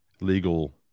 legal